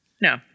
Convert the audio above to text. no